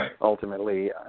ultimately